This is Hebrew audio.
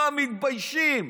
לא מתביישים,